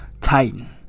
Titan